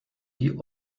die